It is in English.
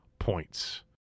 points